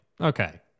okay